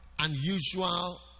unusual